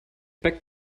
back